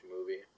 movie